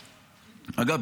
אגב,